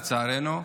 לצערנו,